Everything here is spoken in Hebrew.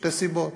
משתי סיבות.